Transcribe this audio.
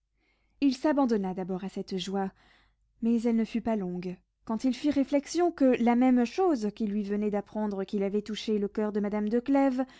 il s'abandonna d'abord à cette joie mais elle ne fut pas longue quand il fit réflexion que la même chose qui lui venait d'apprendre qu'il avait touché le coeur de madame de clèves